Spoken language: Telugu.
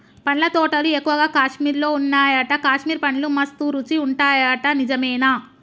పండ్ల తోటలు ఎక్కువగా కాశ్మీర్ లో వున్నాయట, కాశ్మీర్ పండ్లు మస్త్ రుచి ఉంటాయట నిజమేనా